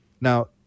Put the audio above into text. Now